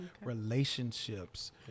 relationships